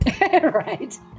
Right